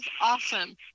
Awesome